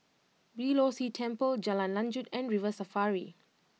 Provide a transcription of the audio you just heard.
Beeh Low See Temple Jalan Lanjut and River Safari